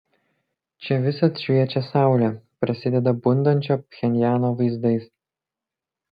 čia visad šviečia saulė prasideda bundančio pchenjano vaizdais